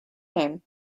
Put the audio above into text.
name